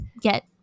get